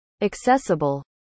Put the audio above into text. accessible